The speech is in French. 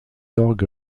orgue